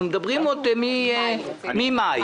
אנחנו מדברים עוד מחודש מאי.